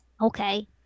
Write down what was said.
Okay